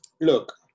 look